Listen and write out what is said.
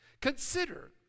Consider